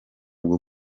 bwo